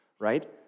Right